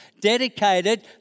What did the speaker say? dedicated